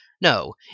No